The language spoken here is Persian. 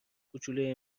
کوچلوی